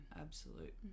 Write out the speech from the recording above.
Absolute